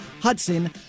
Hudson